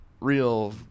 real